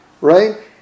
Right